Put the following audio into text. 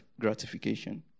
gratification